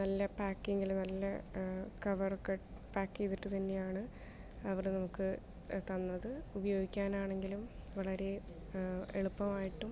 നല്ല പാക്കിംഗില് നല്ല കവറൊക്കെ പാക്ക് ചെയ്തിട്ട് തന്നെയാണ് അവർ നമുക്ക് തന്നത് ഉപയോഗിക്കാനാണെങ്കിലും വളരെ എളുപ്പമായിട്ടും